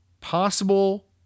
possible